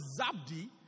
Zabdi